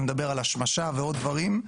אני מדבר על השמשה ועוד דברים.